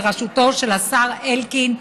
בראשותו של השר אלקין,